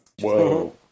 whoa